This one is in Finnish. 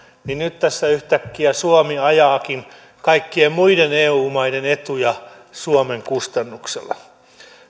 niin nyt tässä yhtäkkiä suomi ajaakin kaikkien muiden eu maiden etuja suomen kustannuksella